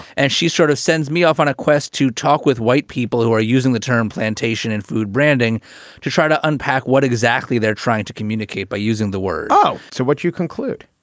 and she sort of sends me off on a quest to talk with white people who are using the term plantation and food branding to try to unpack what exactly they're trying to communicate by using the word. oh, so what you conclude?